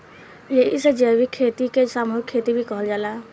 एही से जैविक खेती के सामूहिक खेती भी कहल जाला